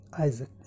Isaac